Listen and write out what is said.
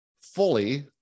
fully